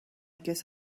guess